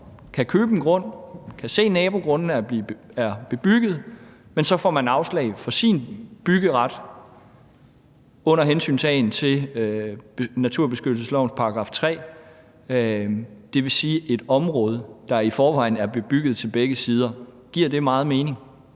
kan købe en grund, kan se, at nabogrundene er bebygget, men så får man afslag på sin byggeret under hensyntagen til naturbeskyttelseslovens § 3 – dvs. i et område, der i forvejen er bebygget til begge sider? Giver det meget mening?